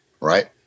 Right